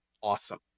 awesome